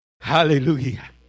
Hallelujah